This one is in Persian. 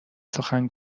سخن